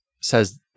says